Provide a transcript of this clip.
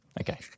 Okay